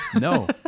no